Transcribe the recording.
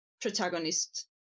protagonist